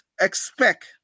expect